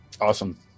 Awesome